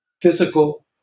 physical